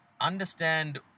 understand